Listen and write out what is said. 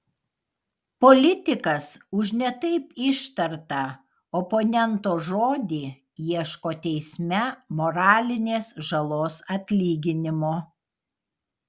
politikas už ne taip ištartą oponento žodį ieško teisme moralinės žalos atlyginimo